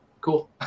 cool